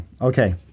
Okay